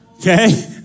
okay